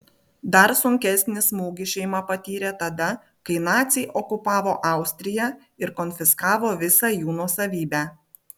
dar sunkesnį smūgį šeima patyrė tada kai naciai okupavo austriją ir konfiskavo visą jų nuosavybę